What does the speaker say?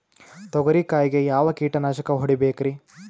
ತೊಗರಿ ಕಾಯಿಗೆ ಯಾವ ಕೀಟನಾಶಕ ಹೊಡಿಬೇಕರಿ?